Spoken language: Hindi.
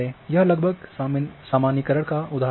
यह लगभग सामान्यीकरण का उदाहरण है